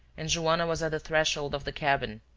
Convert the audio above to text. and joanna was at the threshold of the cabin,